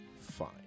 fine